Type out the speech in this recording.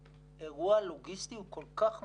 האירוע הלוגיסטי הוא כל כך מורכב.